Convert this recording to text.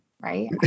right